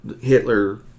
Hitler